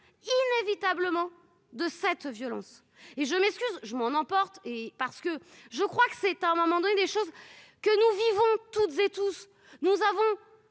inévitablement de cette violence et je m'excuse, je m'en emporte et parce que je crois que c'est un moment donné, des choses que nous vivons toutes et tous, nous avons